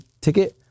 ticket